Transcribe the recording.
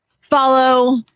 follow